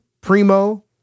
Primo